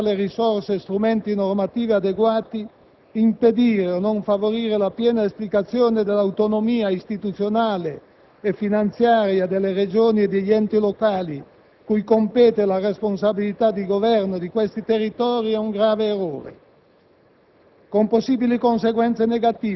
Banalizzare la montagna, non assicurarle risorse e strumenti normativi adeguati, impedire o non favorire la piena esplicazione dell'autonomia istituzionale e finanziaria delle Regioni e degli enti locali cui compete la responsabilità di governo di questi territori è un grave errore,